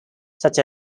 such